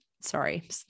Sorry